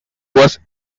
was